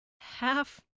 half